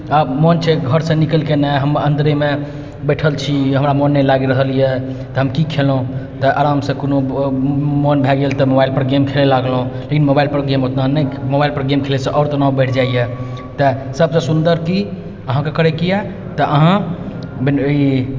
आब मोन छै घरसँ निकलि कऽ नहि हम अन्दरेमे बैठल छी हमरा मोन नहि लागि रहल यए तऽ हम की खेलौ तऽ आरामसँ कोनो मोन भए गेल तऽ मोबाइलपर गेम खेलै लागलौ लेकिन मोबाइलपर गेम ओतना नहि मोबाइलपर गेम खेलैसँ आओर तनाव बढ़ि जाइए तए सबसँ सुन्दर की अहाँके करैके की यए तऽ अहाँ ई